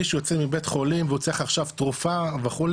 מי שיוצא מבית חולים והוא צריך עכשיו תרופה וכו',